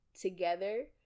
together